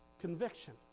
conviction